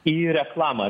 į reklamą